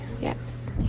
yes